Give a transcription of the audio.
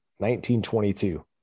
1922